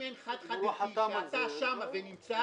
אם אין חד חד ערכי שאתה שם ואתה נמצא,